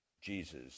Jesus